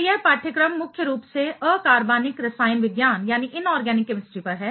तो यह पाठ्यक्रम मुख्य रूप से अकार्बनिक रसायन विज्ञान पर है